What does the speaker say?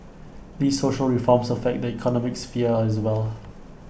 these social reforms affect the economic sphere as well